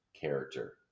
character